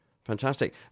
Fantastic